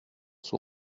sous